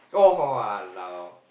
oh hor !walao!